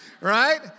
right